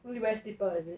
what do you buy slipper is it